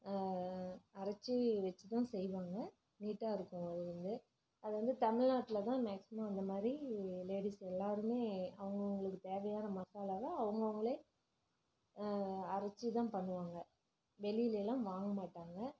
அரைத்து வச்சுதான் செய்வாங்க நீட்டாக இருக்கும் அது வந்து அது வந்து தமிழ்நாட்டில்தான் மேக்ஸிமம் அந்தமாதிரி லேடிஸ் எல்லோருமே அவுங்கவங்களுக்கு தேவையான மசாலாவை அவுங்கவங்களே அரைத்துதான் பண்ணுவாங்க வெளிலேயெல்லாம் வாங்க மாட்டாங்க